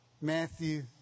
Matthew